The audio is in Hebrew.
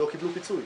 לא קיבלו פיצוי.